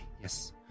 Yes